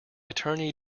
attorney